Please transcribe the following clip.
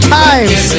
times